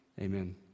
amen